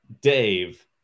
Dave